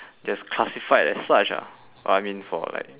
just classified as such ah I mean for like